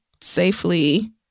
safely